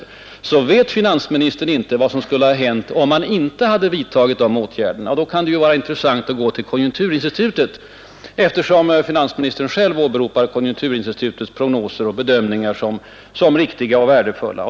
Med anledning därav vill jag påstå att finansministern inte vet vad som skulle ha hänt, om man inte hade vidtagit sådana åtgärder. Det kan därför vara intressant att höra konjunkturinstitutet, eftersom finansministern själv åberopar konjunkturinstitutets prognoser och bedömningar som riktiga och värdefulla.